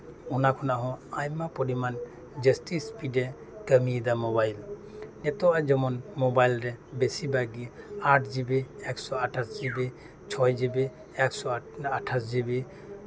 ᱚᱱᱟ ᱠᱷᱚᱱᱟᱜ ᱦᱚᱸ ᱟᱭᱢᱟ ᱯᱚᱨᱤᱢᱟᱱ ᱡᱟᱹᱥᱛᱤ ᱥᱯᱤᱰ ᱮ ᱠᱟᱹᱢᱤᱭᱮᱫᱟ ᱢᱳᱵᱟᱭᱤᱞ ᱱᱤᱛᱚᱜ ᱡᱮᱢᱚᱱ ᱢᱳᱵᱟᱭᱤᱞ ᱨᱮ ᱵᱮᱥᱤᱨ ᱵᱷᱟᱜ ᱜᱮ ᱟᱴ ᱡᱤ ᱵᱤ ᱮᱠᱥᱚ ᱟᱴᱷᱟᱥ ᱡᱤ ᱵᱤ ᱪᱷᱚᱭ ᱡᱤ ᱵᱤ ᱮᱠᱥᱳ ᱟᱴᱷᱟᱥ ᱡᱤ ᱵᱤ